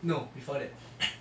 no before that